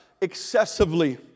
excessively